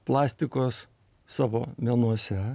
plastikos savo menuose